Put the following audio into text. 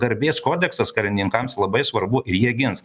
garbės kodeksas karininkams labai svarbu ir jie gins